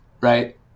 right